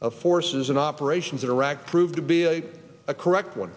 of forces and operations in iraq proved to be a correct one